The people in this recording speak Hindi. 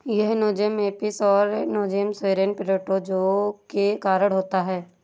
यह नोज़ेमा एपिस और नोज़ेमा सेरेने प्रोटोज़ोआ के कारण होता है